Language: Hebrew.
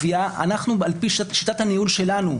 על פי שיטת הניהול שלנו,